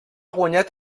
guanyat